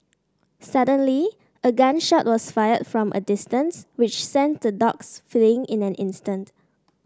suddenly a gun shot was fired from a distance which sent the dogs fleeing in an instant